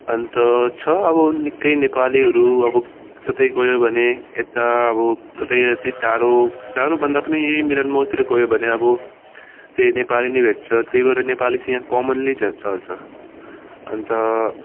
अन्त छ अब निकै नेपालीहरू अब कतै गयो भने यता अब कतै चाहिँ टाढो टाढोभन्दा पनि यहीँ मिलनमोडतिर गयो भने अब त्यही नेपाली नै भेट्छ त्यही भएर नेपाली चाहिँ यहाँ कमन्ली च चल्छ अन्त